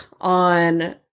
on